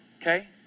Okay